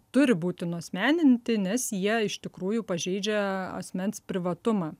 turi būti nuasmeninti nes jie iš tikrųjų pažeidžia asmens privatumą